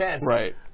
Right